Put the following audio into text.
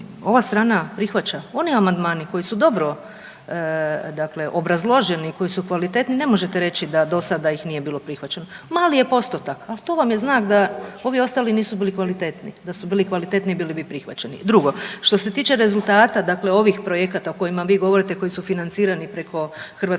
ova strana prihvaća. Oni amandmani koji su dakle dobro obrazloženi, koji su kvalitetni ne možete reći da do sada ih nije bilo prihvaćeno. Mali je postotak, ali to vam je znak da ovi ostali nisu bili kvalitetni, da su bili kvalitetni bili bi prihvaćeni. Drugo, što se tiče rezultata, dakle ovih projekata o kojima vi govorite koji su financirani preko Hrvatske